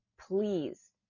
please